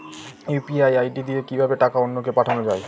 UPI ID দিয়ে কিভাবে টাকা অন্য কে পাঠানো যায়?